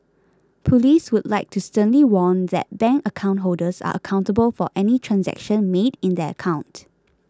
police would like to sternly warn that bank account holders are accountable for any transaction made in their account